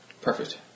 Perfect